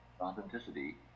authenticity